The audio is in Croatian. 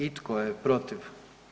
I tko je protiv?